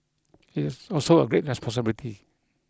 it is also a great responsibility